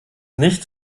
nicht